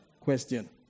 question